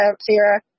Sarah